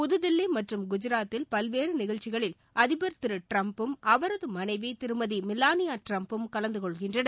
புதுதில்லி மற்றும் குஜராத்தில் பல்வேறு நிகழ்ச்சிகளில் அதிபர் திரு ட்டிரம்பும் அவரது மனைவி திருமதி மிலானியா ட்டிரம்பும் கலந்து கொள்கின்றனர்